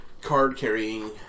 card-carrying